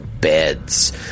beds